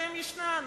והוא ישנו.